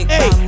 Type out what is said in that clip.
Hey